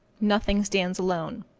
nothing stands alone.